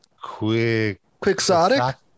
quixotic